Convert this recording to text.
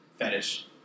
Fetish